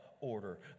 order